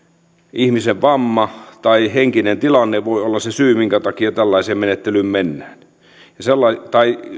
ihmisen vamma tai henkinen tilanne voi olla se syy minkä takia tällaiseen menettelyyn mennään tai